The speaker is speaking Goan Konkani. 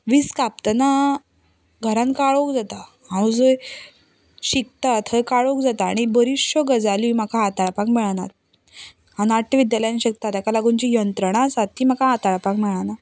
वीज कापतना घरांत काळोख जाता हांव जंय शिकता थंय काळोख जाता आनी बऱ्योचश्यो गजाली म्हाका हातालपाक मेळना हांव नाट्यविद्यालयांत शिकता ताका लागून जीं यंत्रणां आसात तीं म्हाका हाताळपाक मेळनात